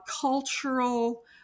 cultural